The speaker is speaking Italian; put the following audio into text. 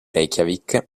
reykjavík